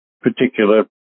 particular